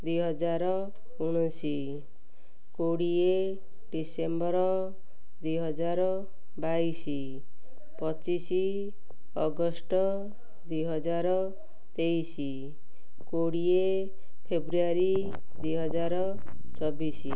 ଦୁଇ ହଜାର ଉଣେଇଶ କୋଡ଼ିଏ ଡିସେମ୍ବର ଦୁଇ ହଜାର ବାଇଶ ପଚିଶ ଅଗଷ୍ଟ ଦୁଇ ହଜାର ତେଇଶ କୋଡ଼ିଏ ଫେବୃଆରୀ ଦୁଇ ହଜାର ଚବିଶ